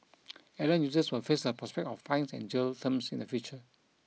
errant users will face the prospect of fines and jail terms in the future